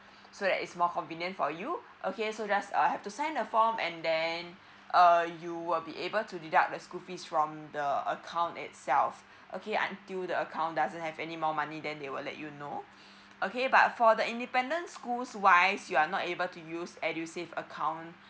so it is more convenient for you okay so just uh have to sign a form and then uh you will be able to deduct the school fees from the account itself okay until the account doesn't have any more money than they will let you know okay but for the independent schools wise you are not able to use edusave account